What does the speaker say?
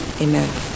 Amen